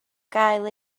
gael